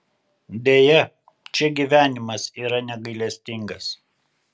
deja čia gyvenimas yra negailestingas